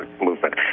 movement